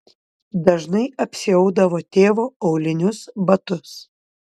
dažnai apsiaudavo tėvo aulinius batus